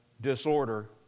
disorder